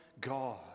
God